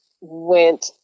went